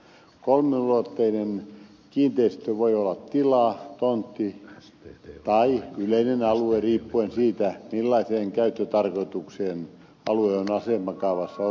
kolmiulotteinen kiinteistö voi olla tila tontti tai yleinen alue riippuen siitä millaiseen käyttötarkoitukseen alue on asemakaavassa osoitettu